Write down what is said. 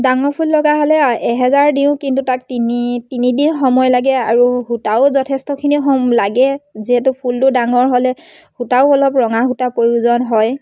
ডাঙৰ ফুল লগা হ'লে এহেজাৰ দিওঁ কিন্তু তাক তিনি তিনিদিন সময় লাগে আৰু সূতাও যথেষ্টখিনি সম লাগে যিহেতু ফুলটো ডাঙৰ হ'লে সূতাও অলপ ৰঙা সূতা প্ৰয়োজন হয়